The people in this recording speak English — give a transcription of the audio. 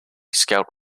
scout